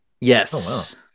Yes